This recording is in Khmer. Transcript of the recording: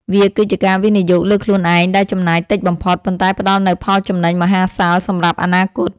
វាគឺជាការវិនិយោគលើខ្លួនឯងដែលចំណាយតិចបំផុត ប៉ុន្តែផ្ដល់នូវផលចំណេញមហាសាលសម្រាប់អនាគត។